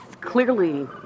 clearly